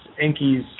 Enki's